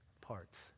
parts